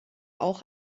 auch